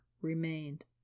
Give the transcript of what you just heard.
remained